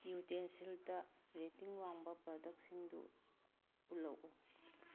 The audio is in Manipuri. ꯌꯨꯇꯦꯟꯁꯤꯜꯇ ꯔꯦꯇꯤꯡ ꯋꯥꯡꯕ ꯄ꯭ꯔꯗꯛꯁꯤꯡꯗꯨ ꯎꯠꯂꯛꯎ